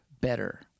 Better